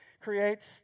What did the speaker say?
creates